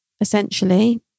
essentially